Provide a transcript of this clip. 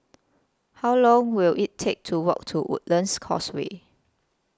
How Long Will IT Take to Walk to Woodlands Causeway